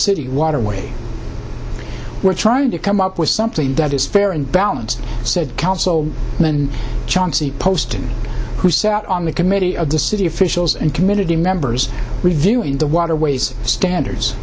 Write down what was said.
city waterway we're trying to come up with something that is fair and balanced said council when chauncey post who sat on the committee of the city officials and committee members reviewing the waterways standards